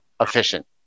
efficient